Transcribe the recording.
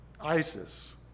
ISIS